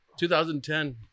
2010